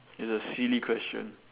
it's a silly question